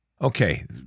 Okay